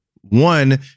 one